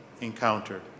encounter